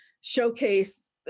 showcase